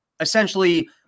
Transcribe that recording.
essentially